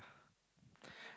MS<